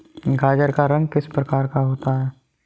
गाजर का रंग किस प्रकार का होता है?